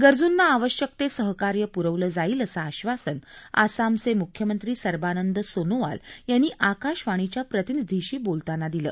गरजुंना आवश्यक ते सहकार्य पुरवलं जाईल असं आश्वासन आसामचे मुख्यमंत्री सर्बानंद सोनोवाल यांनी आकाशवाणीच्या प्रतिनिधीशी बोलताना दिलं